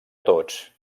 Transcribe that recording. tots